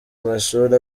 amashuri